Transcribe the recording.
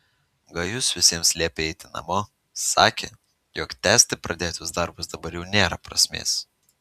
gajus visiems liepė eiti namo sakė jog tęsti pradėtus darbus dabar jau nėra prasmės